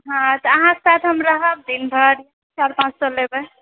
हँ तऽ अहाँकेँ साथ हम रहब दिनभर चारि पाँच सए लेबए